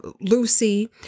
Lucy